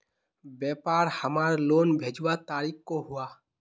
व्यापार हमार लोन भेजुआ तारीख को हुआ?